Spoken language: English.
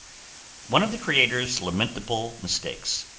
one of the creator's lamentable mistakes,